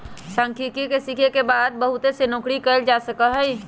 सांख्यिकी के सीखे के बाद बहुत सी नौकरि के कइल जा सका हई